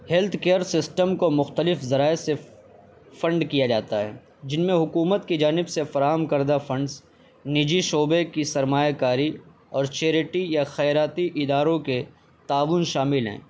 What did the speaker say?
health care system کو مختلف ذرائع سے فنڈ کیا جاتا ہے جن میں حکومت کی جانب سے فراہم کردہ فنڈس نجی شعبے کی سرمایہ کاری اور چیئریٹی یا خیراتی اداروں کے تعاون شامل ہیں